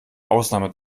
ausnahme